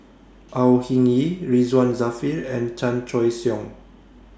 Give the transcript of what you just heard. Au Hing Yee Ridzwan Dzafir and Chan Choy Siong